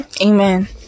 Amen